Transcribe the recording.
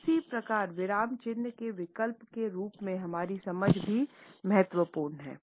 इसी प्रकार विराम चिह्नों के विकल्प के रूप में हमारी समझ भी महत्वपूर्ण है